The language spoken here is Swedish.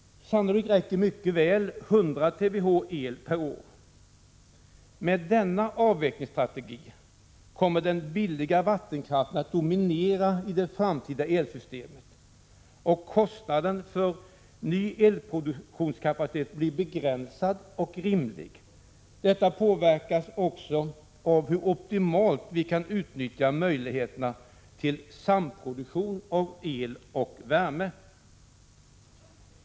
Sannolikt räcker mycket väl 100 TWh el per år. Med denna avvecklingsstrategi kommer den billiga vattenkraften att dominera i det framtida elsystemet, och kostnaden för ny elproduktionskapacitet blir begränsad och rimlig. Detta påverkas också av hur optimalt vi kan utnyttja möjligheterna till samproduktion av el och värme.